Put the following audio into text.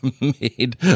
made